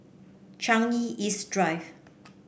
Changi East Drive